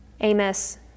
Amos